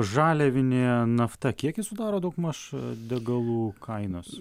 žaliavinė nafta kiek ji sudaro daugmaž degalų kainos